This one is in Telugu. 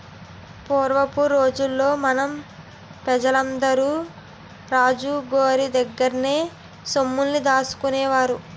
పూరపు రోజుల్లో మన పెజలందరూ రాజు గోరి దగ్గర్నే సొమ్ముల్ని దాసుకునేవాళ్ళు